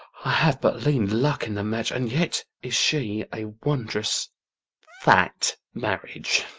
i have but lean luck in the match, and yet is she a wondrous fat marriage.